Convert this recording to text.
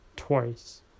Twice